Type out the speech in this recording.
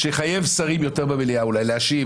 שיחייב שרים במליאה אולי יותר להשיב,